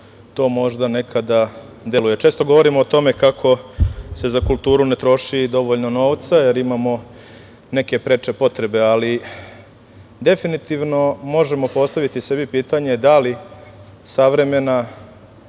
to možda nekada deluje. Često govorimo o tome kako se za kulturu ne troši dovoljno novca, jer imamo neke preče potrebe, ali definitivno možemo postaviti sebi pitanje - da li savremena,